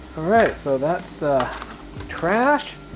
alright, so that's trash.